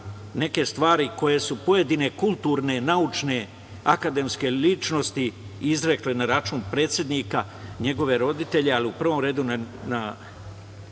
neke stvari koje su pojedine kulturne, naučne, akademske ličnosti izrekle na račun predsednika, njegove roditelje, ali u prvom redu na